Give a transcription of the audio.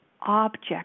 object